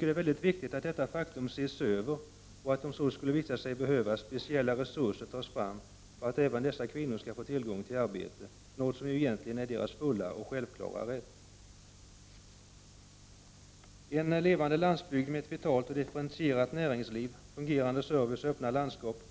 Det är viktigt att detta förhållande ses över och att, om så skulle visa sig behövas, speciella resurser tas fram för att även dessa kvinnor skall få tillgång till arbete, något som ju egentligen är deras fulla och självklara rätt. En levande landsbygd med ett vitalt och differentierat näringsliv, fungerande service och öppna landskap